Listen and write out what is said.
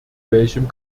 welchem